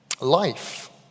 Life